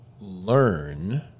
learn